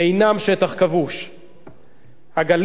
הגליל והגולן אינם שטח כבוש.